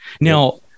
Now